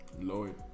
Lloyd